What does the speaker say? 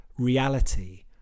Reality